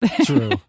True